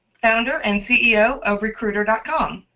founder and ceo of recruiter ah com.